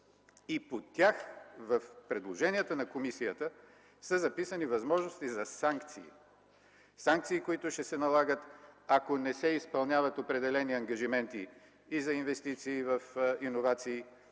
и по тях в предложенията на Комисията са записани възможности за санкции. Санкции, които ще се налагат, ако не се изпълняват определени ангажименти – и за инвестиции в иновации,